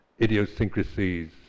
idiosyncrasies